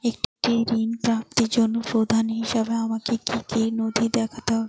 একটি ঋণ প্রাপ্তির জন্য প্রমাণ হিসাবে আমাকে কী কী নথি দেখাতে হবে?